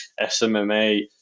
SMMA